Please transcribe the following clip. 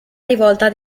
rivolta